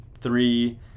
three